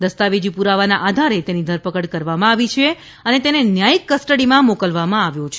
દસ્તાવેજી પુરાવાના આધારે તેની ધરપકડ કરવામાં આવી છે અને તેને ન્યાયિક કસ્ટડીમાં મોકલવામાં આવ્યો છે